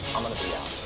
i'm going to be out.